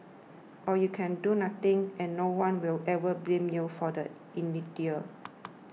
or you can do nothing and no one will ever blame you for the inertia